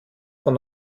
von